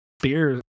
beer